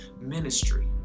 ministry